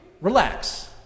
relax